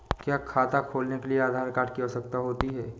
क्या खाता खोलने के लिए आधार कार्ड की आवश्यकता होती है?